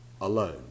alone